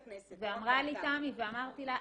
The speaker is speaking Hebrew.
ואמרה לי תמי ואמרתי לה,